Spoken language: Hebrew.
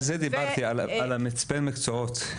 על זה דיברתי על מצפן המקצועות,